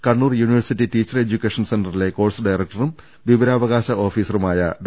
Kannur university teacher education സെന്ററിലെ കോഴ് ഡയറക്ടറും വിവരാവകാശ് സ് ഡോ